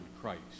Christ